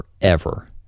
forever